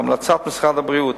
בהמלצת משרד הבריאות,